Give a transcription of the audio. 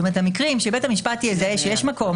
זאת אומרת, אנחנו חושבים שיש מקום